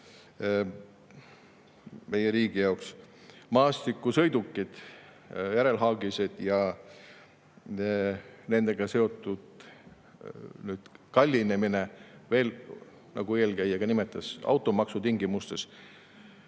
meie riigi jaoks, maastikusõidukid, järelhaagised ja nendega seotud kallinemine, nagu eelkäijagi nimetas, automaksu tingimustes